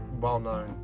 well-known